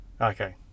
okay